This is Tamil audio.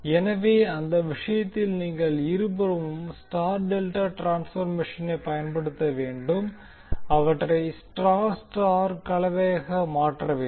எனவே அந்த விஷயத்தில் நீங்கள் இருபுறமும் ஸ்டார் டெல்டா டிரான்ஸ்பர்மேஷனை பயன்படுத்த வேண்டும் அவற்றை ஸ்டார் ஸ்டார் கலவையாக மாற்ற வேண்டும்